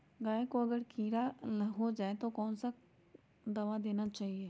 गाय को अगर कीड़ा हो जाय तो कौन सा दवा देना चाहिए?